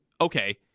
Okay